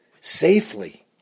safely